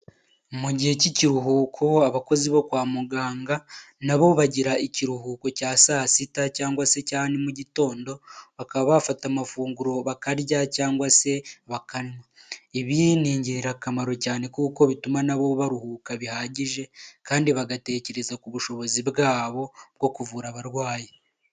Mu gihe cy'ikiruhuko, abakozi bo kwa muganga nabo bagira ikiruhuko cya saa sita cyangwa se cya mu gitondo, bakaba bafata amafunguro bakarya cyangwa se bakanywa. Ibi ni ingirakamaro cyane kuko bituma nabo baruhuka bihagije kandi bagatekereza ku bushobozi bwabo bwo kuvura abarwayi.